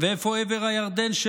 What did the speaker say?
ואיפה עבר הירדן?